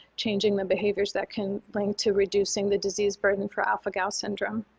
changing the behaviors that can link to reducing the disease burden for alpha-gal syndrome.